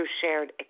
shared